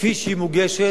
כפי שהיא מוגשת,